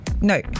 No